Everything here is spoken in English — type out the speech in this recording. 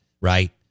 right